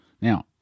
Now